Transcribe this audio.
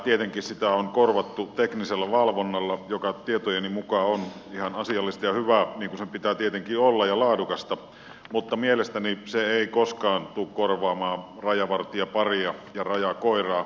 tietenkin sitä on korvattu teknisellä valvonnalla joka tietojeni mukaan on ihan asiallista ja hyvää niin kuin sen pitää tietenkin olla ja laadukasta mutta mielestäni se ei koskaan tule korvaamaan rajavartijaparia ja rajakoiraa